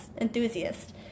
Enthusiast